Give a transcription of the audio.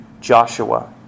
Joshua